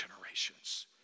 generations